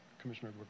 Commissioner